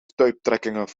stuiptrekkingen